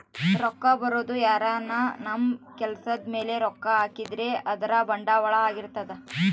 ರೊಕ್ಕ ಬರೋದು ಯಾರನ ನಮ್ ಕೆಲ್ಸದ್ ಮೇಲೆ ರೊಕ್ಕ ಹಾಕಿದ್ರೆ ಅಂದ್ರ ಬಂಡವಾಳ ಹಾಕಿದ್ರ